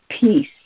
peace